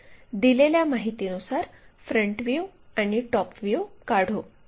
तर दिलेल्या माहितीनुसार फ्रंट व्ह्यू आणि टॉप व्ह्यू काढू